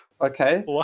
okay